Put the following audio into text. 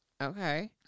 Okay